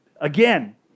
again